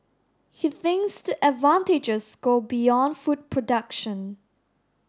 he thinks the advantages go beyond food production